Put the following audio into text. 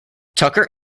tucker